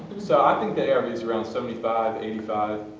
so i think the arv is around seventy five, eighty five.